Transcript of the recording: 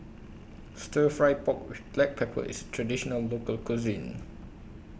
Stir Fry Pork with Black Pepper IS A Traditional Local Cuisine